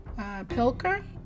Pilker